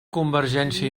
convergència